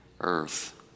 earth